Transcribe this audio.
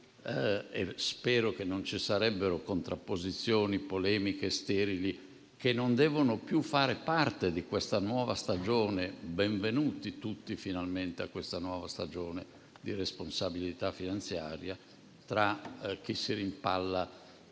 Spero che non ci siano contrapposizioni e polemiche sterili, che non devono più far parte di questa nuova stagione: benvenuti tutti finalmente a questa nuova stagione di responsabilità finanziaria, tra chi dice